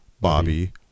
Bobby